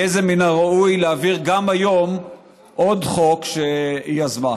יהיה מן הראוי להעביר גם היום עוד חוק שהיא יזמה.